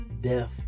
death